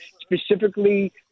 specifically